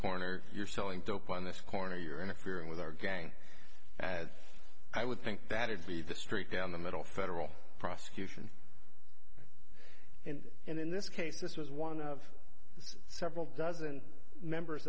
corner you're selling dope on this corner you're interfering with our gang i would think that it would be the street down the middle federal prosecution in this case this was one of several dozen members